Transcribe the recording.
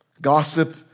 Gossip